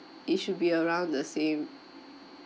it should be around the same